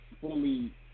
Fully